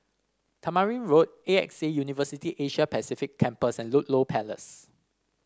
Tamarind Road A X A University Asia Pacific Campus and Ludlow Place